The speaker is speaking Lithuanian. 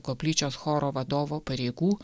koplyčios choro vadovo pareigų